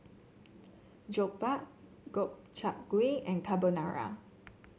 Jokbal Gobchang Gui and Carbonara